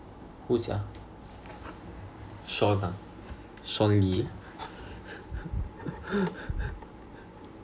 whose yeah shaun ah shaun lee